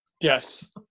Yes